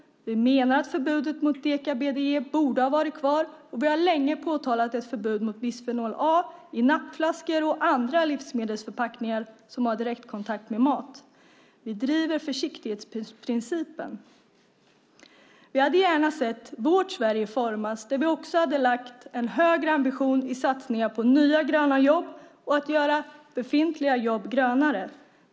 Vi menar att förbudet mot deka-BDE borde ha varit kvar. Vi har länge påtalat att det behövs ett förbud mot bisfenol A i nappflaskor och andra livsmedelsförpackningar som har direktkontakt med mat. Vi driver försiktighetsprincipen. Vi hade gärna sett vårt Sverige formas. Där hade vi haft en högre ambition när det gäller satsningar på nya gröna jobb och på att göra befintliga jobb grönare.